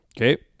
Okay